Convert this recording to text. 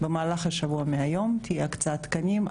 במהלך שבוע מהיום תהיה הקצאת תקנים.